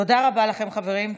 תודה רבה לכם, חברים.